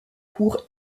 court